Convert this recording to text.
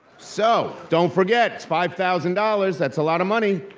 so, don't forget, it's five thousand dollars, that's a lot of money.